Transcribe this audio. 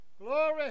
glory